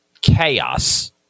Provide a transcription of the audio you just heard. chaos